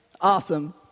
awesome